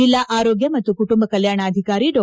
ಜಲ್ಲಾ ಆರೋಗ್ಯ ಮತ್ತು ಕುಟುಂಬ ಕಲ್ಯಾಣಾಧಿಕಾರಿ ಡಾ